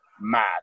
mad